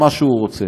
מה שהוא רוצה.